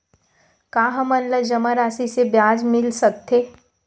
का हमन ला जमा राशि से ब्याज मिल सकथे?